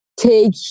take